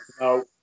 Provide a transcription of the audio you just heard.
No